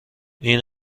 این